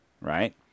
right